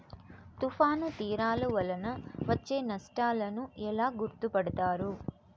తుఫాను తీరాలు వలన వచ్చే నష్టాలను ఎలా గుర్తుపడతారు?